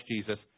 Jesus